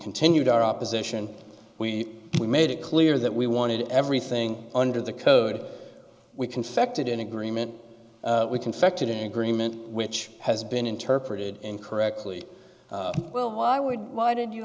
continued our opposition we we made it clear that we wanted everything under the code we confected in agreement we confected in agreement which has been interpreted incorrectly well why would why did you